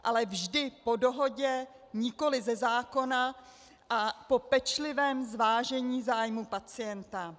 Ale vždy po dohodě, nikoliv ze zákona a po pečlivém zvážení v zájmu pacienta.